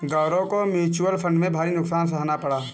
गौरव को mutual fund में भारी नुकसान सहना पड़ा